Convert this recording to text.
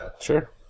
Sure